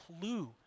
clue